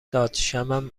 دادشمم